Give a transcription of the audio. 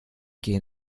gehen